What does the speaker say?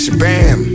bam